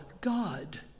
God